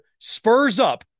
SPURSUP